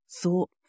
thought